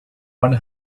one